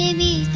me